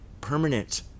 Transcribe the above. permanent